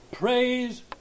Praise